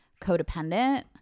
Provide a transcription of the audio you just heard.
codependent